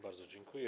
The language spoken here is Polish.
Bardzo dziękuję.